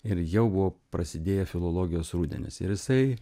ir jau buvo prasidėję filologijos rudenys ir jisai